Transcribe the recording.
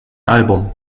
album